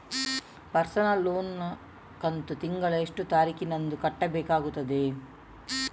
Personal loan ನ ಕಂತು ತಿಂಗಳ ಎಷ್ಟೇ ತಾರೀಕಿನಂದು ಕಟ್ಟಬೇಕಾಗುತ್ತದೆ?